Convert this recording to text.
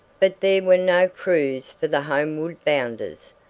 but there were no crews for the homeward-bounders,